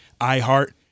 iHeart